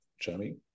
Jamie